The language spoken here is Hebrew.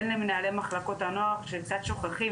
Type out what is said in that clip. הן למנהלי מחלקות הנוער שהם קצת שוכחים,